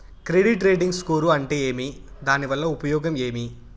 Credit rating score అంటే ఏమి దాని వల్ల ఉపయోగం ఏమి?